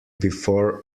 before